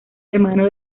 hermano